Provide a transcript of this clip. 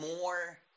more